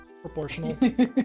proportional